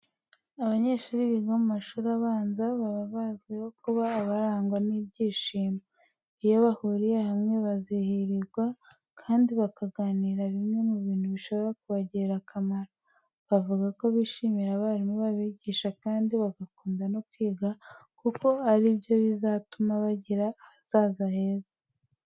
Abanyeshuri biga mu mashuri abanza baba bazwiho kuba barangwa n'ibyishimo. Iyo bahuriye hamwe barizihirwa kandi bakaganira bimwe mu bintu bishobora kubagirira akamaro. Bavuga ko bishimira abarimu babigisha kandi bagakunda no kwiga kuko ari byo bizatuma bagira ahazaza heza.